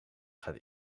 gaat